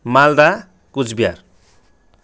Malda Cooch Behar